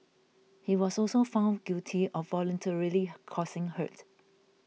he was also found guilty of voluntarily causing hurt